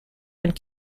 and